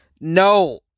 no